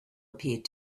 appeared